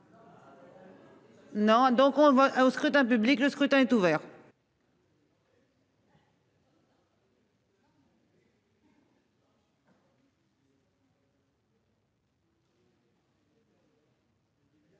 on voit au scrutin public. Le scrutin est ouvert.